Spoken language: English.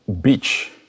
beach